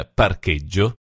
parcheggio